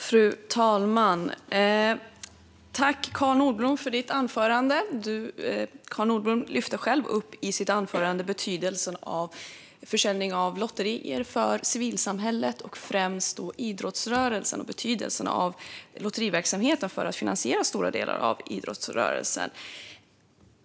Fru talman! Jag tackar Carl Nordblom för anförandet. I sitt anförande tog han upp hur mycket lotteriverksamheten betyder för civilsamhällets och främst idrottsrörelsens finansiering.